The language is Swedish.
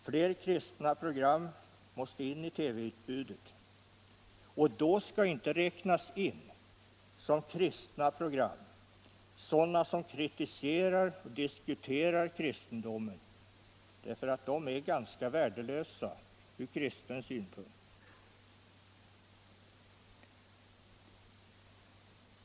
Fler kristna program måste in i TV-utbudet, och då skall inte räknas in som kristna program sådana som kritiserar och diskuterar kristendomen, därför att de är ganska värdelösa från kristen synpunkt.